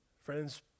Friends